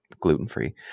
gluten-free